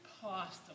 possible